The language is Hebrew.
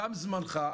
תם זמנך,